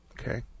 Okay